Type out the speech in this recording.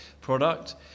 product